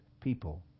people